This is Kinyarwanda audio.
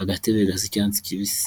agatebe gasa icyatsi kibisi.